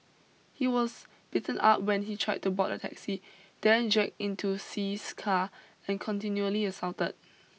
he was beaten up when he tried to board the taxi then dragged into See's car and continually assaulted